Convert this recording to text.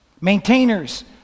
Maintainers